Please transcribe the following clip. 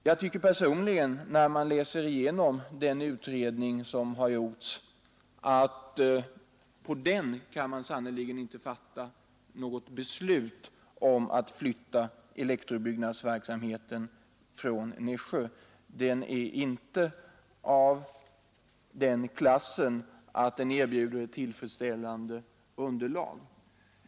Jag tycker personligen, efter att ha läst igenom den gjorda utredningen, att på denna grund kan man inte fatta något beslut om att flytta elektrobyggnadsverksamheten från Nässjö. Utredningen är inte av den klassen att den erbjuder tillfredsställande underlag.